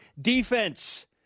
defense